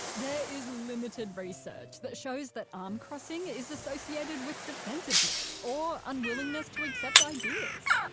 there is limited research that shows that arm crossing is associated with defensiveness or unwillingness to accept ideas.